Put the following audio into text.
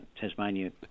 Tasmania